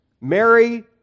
Mary